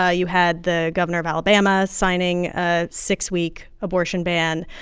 ah you had the governor of alabama signing a six-week abortion ban.